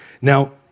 Now